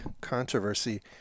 controversy